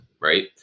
right